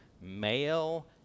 male